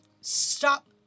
stop